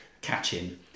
catching